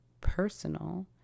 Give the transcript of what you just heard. personal